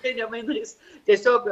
tai ne mainais tiesiog